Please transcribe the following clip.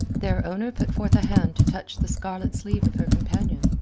their owner put forth a hand to touch the scarlet sleeve of her companion,